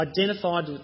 identified